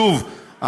שוב,